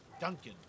Duncan